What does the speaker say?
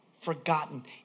forgotten